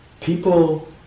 People